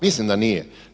Mislim da nije.